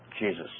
Jesus